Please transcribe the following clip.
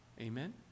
Amen